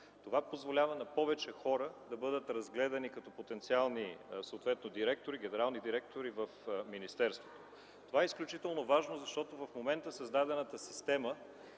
Това позволява на повече хора да бъдат разгледани съответно като потенциални директори и генерални директори в министерството. Това е изключително важно, защото в момента създадената система